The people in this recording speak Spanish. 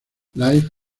live